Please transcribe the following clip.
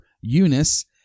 Eunice